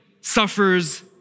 suffers